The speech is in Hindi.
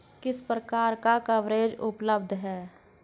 किस प्रकार का कवरेज उपलब्ध है?